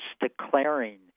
declaring